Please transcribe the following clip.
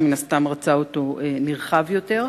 שמן הסתם רצה אותו נרחב יותר.